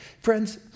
Friends